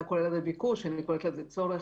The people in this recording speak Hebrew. אתה קורא לזה ביקוש, אני קוראת לזה צורך.